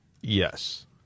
Yes